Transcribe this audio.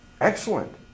excellent